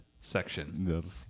section